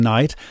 Night